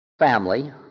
family